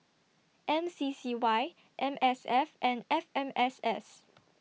M C C Y M S F and F M S S